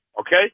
Okay